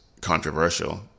controversial